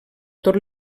tot